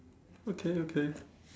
okay okay